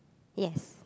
yes